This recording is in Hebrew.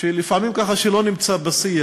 למשהו שלפעמים לא נמצא בשיח,